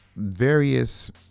various